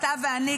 אתה ואני,